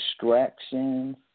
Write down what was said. distractions